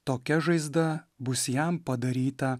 tokia žaizda bus jam padaryta